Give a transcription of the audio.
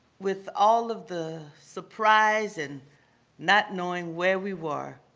with all of the surprise and not knowing where we were,